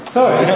Sorry